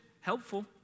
helpful